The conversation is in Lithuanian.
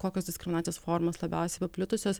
kokios diskriminacijos formos labiausiai paplitusios